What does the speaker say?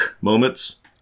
moments